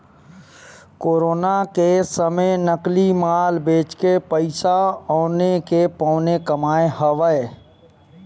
corona के समे नकली माल बेचके पइसा औने के पौने कमाए हवय